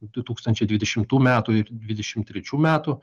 du tūkstančiai dvidešimtų metų ir dvidešim trečių metų